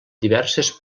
diverses